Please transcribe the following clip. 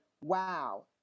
wow